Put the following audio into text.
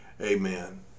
amen